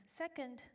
second